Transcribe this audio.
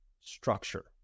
structure